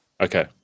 Okay